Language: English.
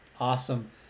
awesome